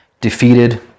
defeated